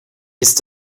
ist